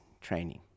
training